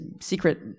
secret